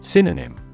Synonym